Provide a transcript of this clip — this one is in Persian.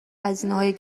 هزینههای